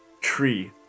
tree